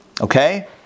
Okay